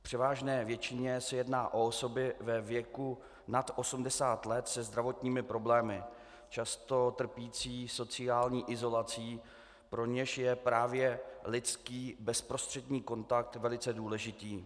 V převážné většině se jedná o osoby ve věku nad 80 let se zdravotními problémy, často trpící sociální izolací, pro něž je právě lidský bezprostřední kontakt velice důležitý.